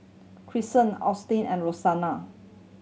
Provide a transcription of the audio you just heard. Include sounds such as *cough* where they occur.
*unintelligible* Austin and Rosanna